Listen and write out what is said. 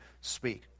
speak